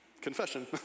Confession